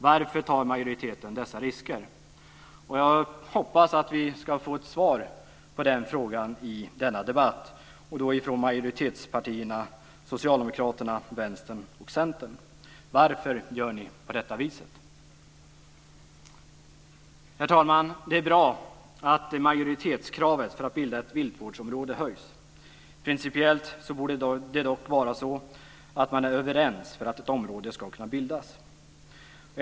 Varför tar majoriteten dessa risker? Jag hoppas att vi ska få ett svar i denna debatt från majoritetspartierna Socialdemokraterna, Vänstern och Centern på varför ni gör på detta vis. Herr talman! Det är bra att majoritetskravet för att bilda ett viltvårdsområde höjs. Principiellt borde det dock vara så att man ska vara överens för att ett område ska kunna bildas.